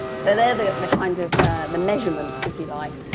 so they're they're the kind of the measurements, if you like,